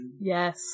Yes